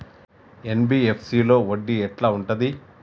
NBFC లో వడ్డీ ఎట్లా ఉంటది?